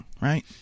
right